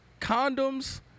condoms